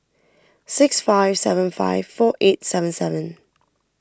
six five seven five four eight seven seven